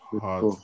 hard